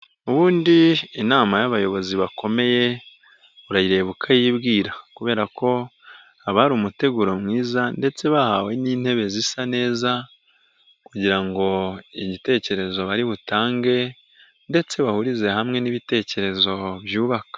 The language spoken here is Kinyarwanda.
Ubundi inama y'abayobozi bakomeye, urayireba ukayibwira kubera ko haba hari umuteguro mwiza ndetse bahawe n'intebe zisa neza kugira ngo igitekerezo bari butange ndetse bahurize hamwe n'ibitekerezo byubaka.